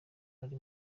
ari